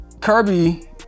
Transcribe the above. Kirby